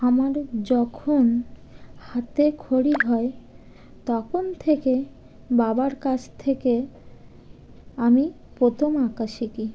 আমাদের যখন হাতে খড়ি হয় তখন থেকে বাবার কাছ থেকে আমি প্রথম আঁকা শিখি